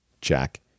Jack